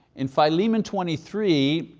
in philemon twenty three,